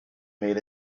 made